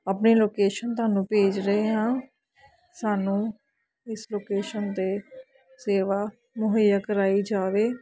ਆਪਣੀ ਲੋਕੇਸ਼ਨ ਤੁਹਾਨੂੰ ਭੇਜ ਰਹੇ ਹਾਂ ਸਾਨੂੰ ਇਸ ਲੋਕੇਸ਼ਨ 'ਤੇ ਸੇਵਾ ਮੁਹੱਈਆ ਕਰਵਾਈ ਜਾਵੇ